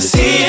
See